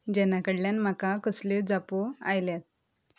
जॅना कडल्यान म्हाका कसल्यो जापो आयल्यात